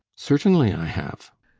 certainly i have.